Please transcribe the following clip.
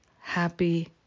happy